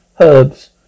herbs